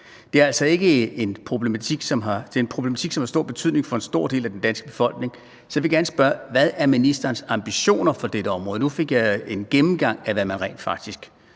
Det er en problematik, som har stor betydning for en stor del af den danske befolkning. Så jeg vil gerne spørge, hvad ministerens ambitioner er for dette område. Nu fik jeg en gennemgang af, hvad man rent faktisk